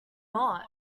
not